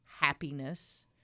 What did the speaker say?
happiness